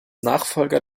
nachfolger